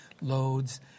loads